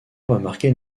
remarquer